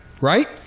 Right